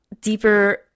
deeper